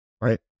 right